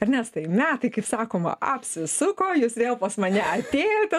ernestai metai kaip sakoma apsisuko jūs vėl pas mane atėjote